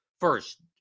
first